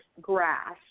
grass